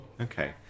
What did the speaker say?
Okay